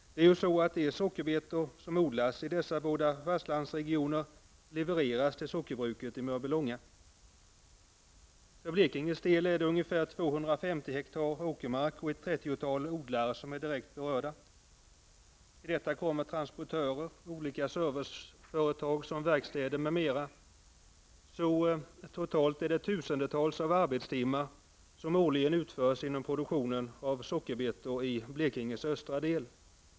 De sockerbetor som odlas i dessa båda fastlandsregioner levereras till sockerbruket i Mörby Långa. För Blekinges del är det ungefär 250 hektar åkermark och ett 30-tal odlare som är direkt berörda. Till detta kommer transportörer, olika serviceföretag, verkstäder, m.m. Totalt är det tusentals arbetstimmar som årligen utförs inom produktionen av sockerbetor i Blekinges östra del.